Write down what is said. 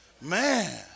Man